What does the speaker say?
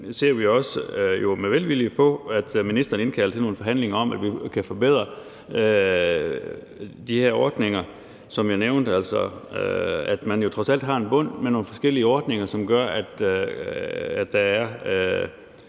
vi også med velvillighed på, at ministeren indkalder til nogle forhandlinger om at forbedre de her ordninger, som jeg nævnte; altså så man jo trods alt har en bund med nogle forskellige ordninger, som gør, at der er